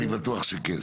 אני בטוח שכן.